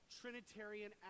trinitarian